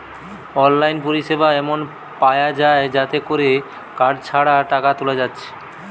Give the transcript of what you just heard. online পরিসেবা এমন পায়া যায় যাতে কোরে কার্ড ছাড়া টাকা তুলা যাচ্ছে